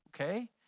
okay